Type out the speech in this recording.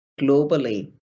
globally